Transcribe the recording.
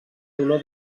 dolor